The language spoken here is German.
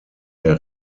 der